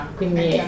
quindi